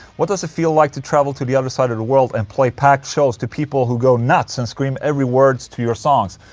what does it feel like to travel to the other side of the world and play packed shows to people who go nuts and scream every words to your songs?